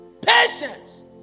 Patience